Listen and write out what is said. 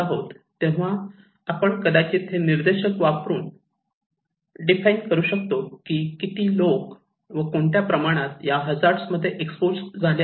तेव्हा आपण कदाचित हे निर्देशक वापरून डिफाइन करू शकतो की किती लोक व कोणत्या प्रमाणात या हजार्ड मध्ये एक्सपोज झाले आहेत